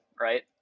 right